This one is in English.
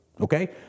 okay